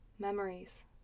Memories